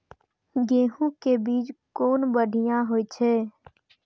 गैहू कै बीज कुन बढ़िया होय छै?